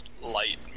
light